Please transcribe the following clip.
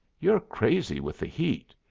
you're crazy with the heat.